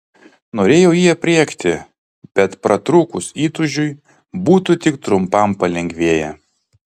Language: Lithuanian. norėjau jį aprėkti bet pratrūkus įtūžiui būtų tik trumpam palengvėję